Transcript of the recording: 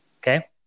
Okay